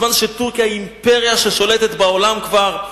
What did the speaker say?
בזמן שטורקיה היא אימפריה ששולטת בעולם כבר,